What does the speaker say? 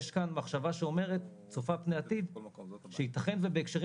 יש כאן מחשבה שצופה פני עתיד ואומרת שייתכן שבהקשרים